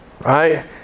Right